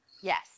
Yes